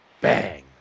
bang